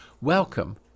Welcome